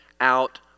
out